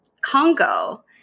Congo